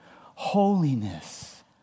Holiness